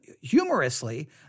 humorously